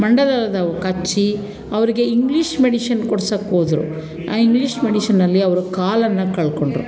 ಮಂಡಲದ ಹಾವು ಕಚ್ಚಿ ಅವರಿಗೆ ಇಂಗ್ಲೀಷ್ ಮೆಡಿಶಿನ್ ಕೊಡ್ಸೋಕ್ಕೋದ್ರು ಆ ಇಂಗ್ಲೀಷ್ ಮೆಡಿಶನಲ್ಲಿ ಅವರು ಕಾಲನ್ನು ಕಳ್ಕೊಂಡ್ರು